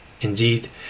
Indeed